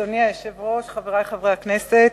אדוני היושב-ראש, חברי חברי הכנסת,